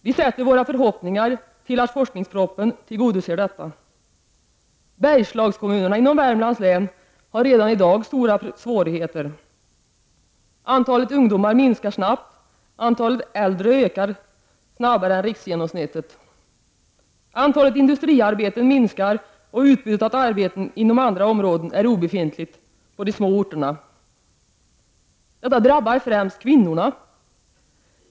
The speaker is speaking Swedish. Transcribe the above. Vi sätter våra förhoppningar till att forskningspropositionen tillgodoser detta. Bergslagskommunerna inom Värmlands län har redan i dag stora svårigheter. Antalet ungdomar minskar snabbt. Antalet äldre personer ökar mer än riksgenomsnittet. Antalet industriarbeten minskar och utbudet av arbeten inom andra områden är obefintligt på de små orterna. Detta drabbar främst kvinnorna.